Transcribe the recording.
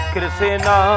Krishna